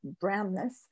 brownness